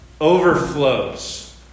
overflows